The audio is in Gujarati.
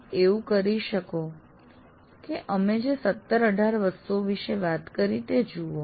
આપ એવું કરી શકો કે અમે જે ૧૭ ૧૮ વસ્તુઓ વિષે વાત કરી તે જુઓ